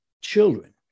children